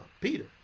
Peter